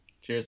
Cheers